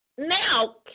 Now